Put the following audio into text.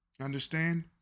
understand